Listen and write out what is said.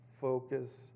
Focus